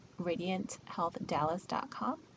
RadiantHealthDallas.com